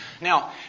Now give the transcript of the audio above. Now